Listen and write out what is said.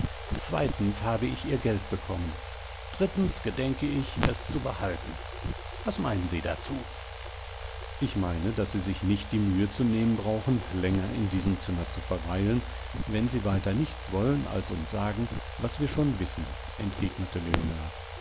zweitens habe ich ihr geld bekommen drittens gedenke ich es zu behalten wasmeinensiedazu ich meine daß sie sich nicht die mühe zu nehmen brauchen länger in diesem zimmer zu verweilen wenn sie weiter nichts wollen als uns sagen was wir schon wissen entgegneteleonard